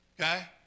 okay